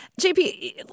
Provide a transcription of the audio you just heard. JP